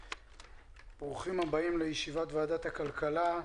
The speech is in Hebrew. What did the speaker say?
ברוכים הבאים לישיבת ועדת הכלכלה.